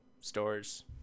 stores